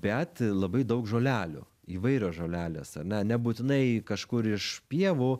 bet labai daug žolelių įvairios žolelės ar ne nebūtinai kažkur iš pievų